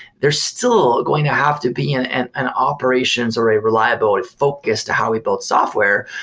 there's still going to have to be an and an operations or a reliability focus to how we build software,